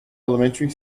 elementary